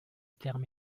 terme